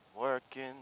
working